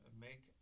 make